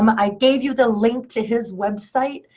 um i gave you the link to his website.